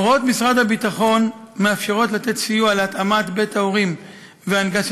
הוראות משרד הביטחון מאפשרות לתת סיוע להתאמת בית ההורים והנגשתו,